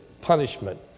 punishment